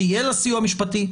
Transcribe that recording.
שיהיה לסיוע המשפטי.